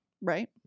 right